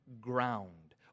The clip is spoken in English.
ground